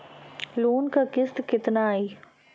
Loan क किस्त कितना आई?